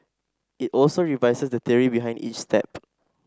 it also revises the theory behind each step